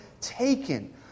taken